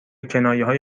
کنایههای